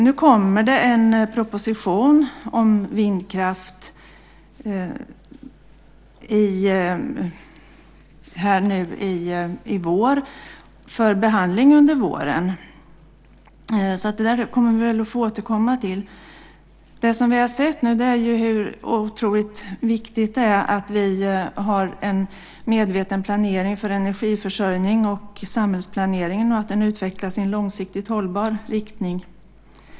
Nu kommer det en proposition om vindkraft i vår, för behandling under våren. Den kommer vi alltså att få återkomma till. Nu har vi sett hur otroligt viktigt det är att vi har en medveten planering för energiförsörjning och samhällsplanering och att den utvecklas i en långsiktigt hållbar riktning.